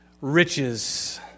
riches